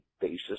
basis